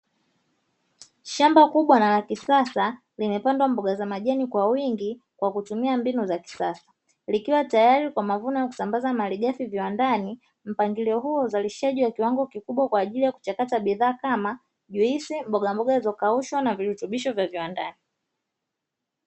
Shamba kubwa na la kisasa limepandwa mboga za majani kwa wingi kwa kutumia mbinu za kisasa, likiwa tayari kwa mavuno ya kusambaza malighafi viwandani mpangilio huu wa uzalishaji wa Kiwango kikubwa kwa ajili ya kuchakata bidhaa kama juisi, mbogamboga zilizokaushwa na virutubisho vya viwandani.